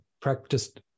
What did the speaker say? practiced